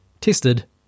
tested